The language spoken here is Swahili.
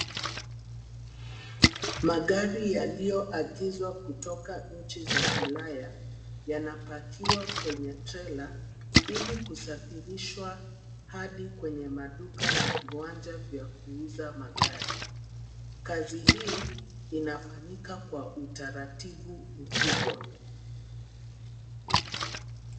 Magari yaliyoagizwa kutoka nchi za ulaya, yanapakiwa kwenye trela, ili kusafirishwa hadi kwenye maduka na viwanja vya kuuza magari. Kazi hii, inafanyika kwa utaratibu mkubwa.